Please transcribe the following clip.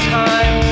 time